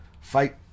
Fight